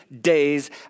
days